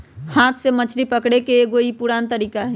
हाथ से मछरी पकड़े के एगो ई पुरान तरीका हई